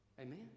Amen